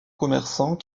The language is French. commerçant